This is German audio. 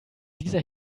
dieser